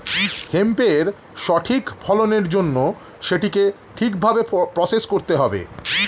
হেম্পের সঠিক ফলনের জন্য সেটিকে ঠিক ভাবে প্রসেস করতে হবে